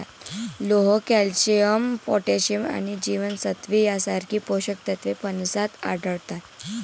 लोह, calcium, potassium आणि जीवनसत्त्वे यांसारखी पोषक तत्वे फणसात आढळतात